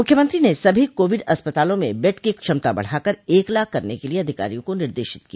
मुख्यमंत्री ने सभी कोविड अस्पतालों में बेड की क्षमता बढ़ा कर एक लाख करने के लिये अधिकारियों को निर्देशित किया